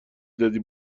دادی